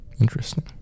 Interesting